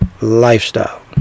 lifestyle